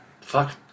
Fuck